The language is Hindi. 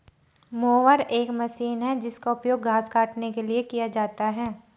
मोवर एक मशीन है जिसका उपयोग घास काटने के लिए किया जाता है